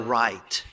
right